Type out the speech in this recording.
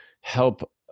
help